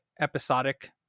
episodic